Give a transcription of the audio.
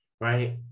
right